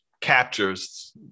captures